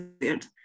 weird